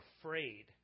afraid